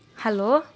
hello